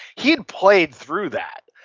he played through that.